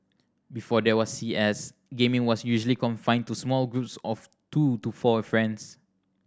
before there was C S gaming was usually confined to small groups of two to four friends